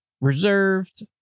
reserved